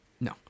No